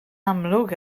amlwg